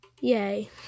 Yay